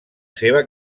seva